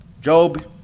Job